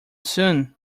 soon